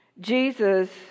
Jesus